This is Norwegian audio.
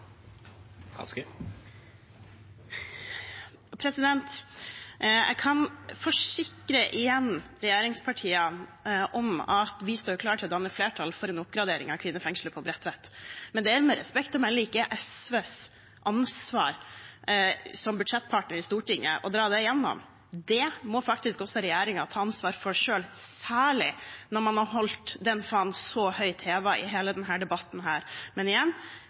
Jeg kan igjen forsikre regjeringspartiene om at vi står klar til å danne flertall for en oppgradering av kvinnefengselet på Bredtvet, men det er med respekt å melde ikke SVs ansvar som budsjettpartner i Stortinget å dra det igjennom. Det må faktisk også regjeringen ta ansvar for selv, særlig når man har holdt den fanen så høyt hevet i hele denne debatten. Men igjen: